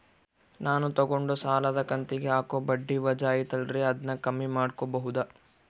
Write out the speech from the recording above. ನಾನು ತಗೊಂಡ ಸಾಲದ ಕಂತಿಗೆ ಹಾಕೋ ಬಡ್ಡಿ ವಜಾ ಐತಲ್ರಿ ಅದನ್ನ ಕಮ್ಮಿ ಮಾಡಕೋಬಹುದಾ?